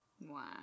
Wow